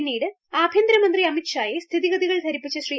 പിന്നീട് ആഭ്യന്തരമന്ത്രി അമിത് ഷായെ സ്ഥിതിഗതികൾ ധരിപ്പിച്ച ശ്രീ